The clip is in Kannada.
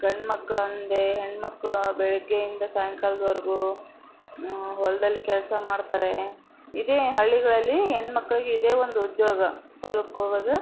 ಗಂಡುಮಕ್ಳು ಅಂದೆ ಹೆಣ್ಣು ಮಕ್ಳು ಬೆಳಗ್ಗೆಯಿಂದ ಸಾಯಂಕಾಲದವರೆಗೂ ಹೊಲದಲ್ಲಿ ಕೆಲಸ ಮಾಡ್ತಾರೆ ಇದೇ ಹಳ್ಳಿಗಳಲ್ಲಿ ಹೆಣ್ಮಕ್ಳಿಗ್ ಇದೇ ಒಂದು ಉದ್ಯೋಗ ಹೊಲಕ್ಕೆ ಹೋಗೋದು